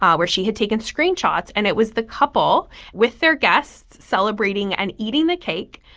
um where she had taken screenshots. and it was the couple with their guests, celebrating and eating the cake.